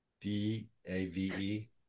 D-A-V-E